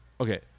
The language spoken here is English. okay